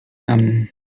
tam